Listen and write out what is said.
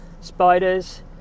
spiders